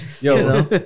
Yo